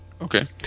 Okay